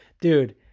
dude